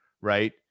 Right